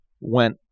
went